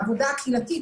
העבודה הקהילתית,